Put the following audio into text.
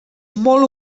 molt